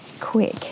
quick